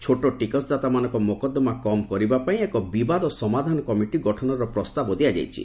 ଛୋଟ ଟିକସଦାତାମାନଙ୍କ ମୋକଦ୍ଦମା କମ୍ କରିବାପାଇଁ ଏକ ବିବାଦ ସମାଧାନ କମିଟି ଗଠନର ପ୍ରସ୍ତାବ ଦିଆଯାଇଛି